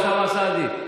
אוסאמה סעדי,